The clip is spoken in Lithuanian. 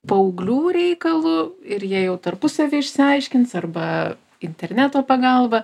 paauglių reikalu ir jie jau tarpusavy išsiaiškins arba interneto pagalba